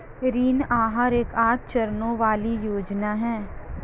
ऋण आहार एक आठ चरणों वाली योजना है